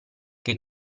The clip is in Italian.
che